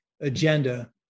agenda